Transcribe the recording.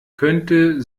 könnte